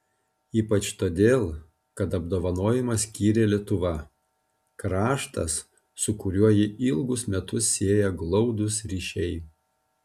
ypač todėl kad apdovanojimą skyrė lietuva kraštas su kuriuo jį ilgus metus sieja glaudūs ryšiai